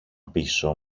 πίσω